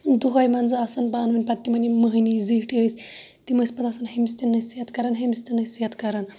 دُہے مَنٛزٕ آسان پانہٕ ونۍ پتہٕ تِمَن یِم مٔہنی زِٹھ ٲسۍ تِم ٲسۍ پَتہٕ آسان ہمِس تہٕ نصیحت کَران ہمِس تہٕ نصیحت کَران